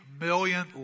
million